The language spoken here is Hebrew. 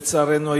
לצערנו,